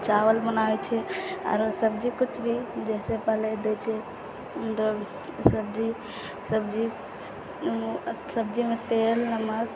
चावल बनाबै छियै आरो सब्जी कुछ भी जैसे दै छै मतलब सब्जी सब्जीमे तेल नमक